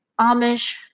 Amish